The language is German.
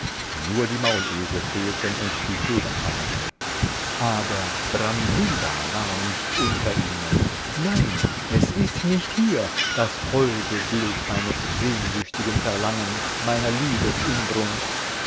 nur die maulesel fehlten und die federpagen aber brambilla war nicht unter ihnen nein es ist nicht hier das holde bild meines sehnsüchtigen verlangens meiner